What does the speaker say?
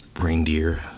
Reindeer